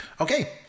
Okay